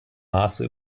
maße